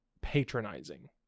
patronizing